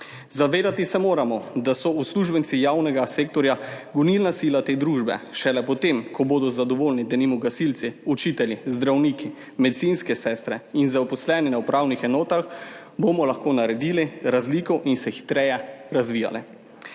Zavedati se moramo, da so uslužbenci javnega sektorja gonilna sila te družbe. Šele potem, ko bodo zadovoljni denimo gasilci, učitelji, zdravniki, medicinske sestre in zaposleni na upravnih enotah bomo lahko naredili razliko in se hitreje razvijali.